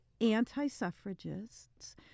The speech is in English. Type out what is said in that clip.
anti-suffragists